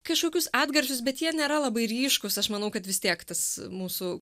kažkokius atgarsius bet jie nėra labai ryškūs aš manau kad vis tiek tas mūsų